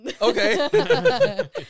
okay